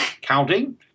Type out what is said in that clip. Counting